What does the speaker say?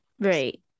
right